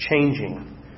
changing